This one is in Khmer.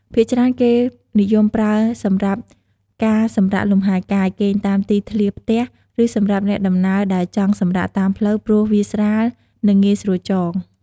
ភាគច្រើនគេនិយមប្រើសម្រាប់ការសម្រាកលំហែកាយ គេងតាមទីធ្លាផ្ទះ ឬសម្រាប់អ្នកដំណើរដែលចង់សម្រាកតាមផ្លូវ ព្រោះវាស្រាល និងងាយស្រួលចង។